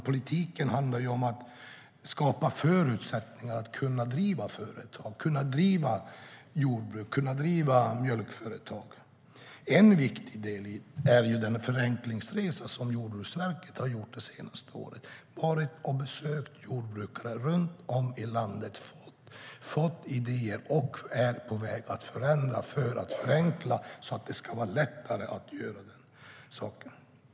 Politiken handlar om att skapa förutsättningar att kunna driva företag, jordbruk och mjölkföretag. En viktig del är den förenklingsresa som Jordbruksverket har gjort det senaste året. De har varit och besökt jordbrukare runt om i landet, fått idéer och är på väg att förändra för att förenkla så att det ska vara lättare att göra saker.